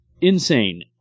insane